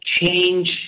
change